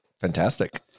fantastic